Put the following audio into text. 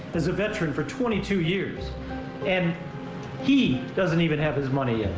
is a veteran for twenty two years and he doesn't even have his money yet?